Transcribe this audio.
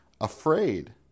afraid